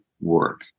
work